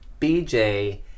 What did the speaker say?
BJ